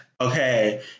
Okay